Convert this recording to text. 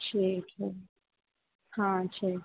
ठीक है हाँ ठीक